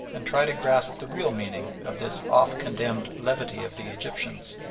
and try to grasp the real meaning of this oft-condemned levity of the egyptians,